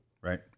right